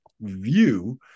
view